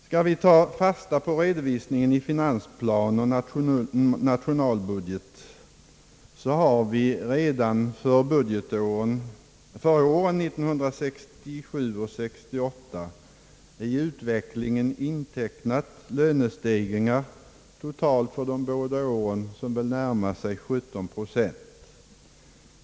Skall vi ta fasta på redovisningen i finansplan och nationalbudget, så har vi redan för åren 1967 och 1968 i utvecklingen intecknat lönestegringar som totalt närmar sig 17 procent.